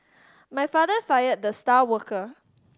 my father fired the star worker